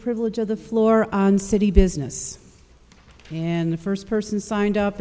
privilege of the floor on city business and the first person signed up